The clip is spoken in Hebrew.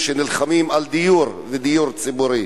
שנלחמים על דיור ודיור ציבורי.